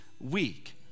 week